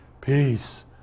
peace